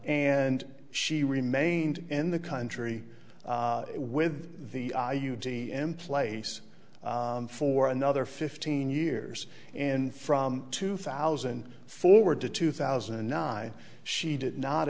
nd she remained in the country with the i u d m place for another fifteen years and from two thousand forward to two thousand and nine she did not